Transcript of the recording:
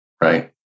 Right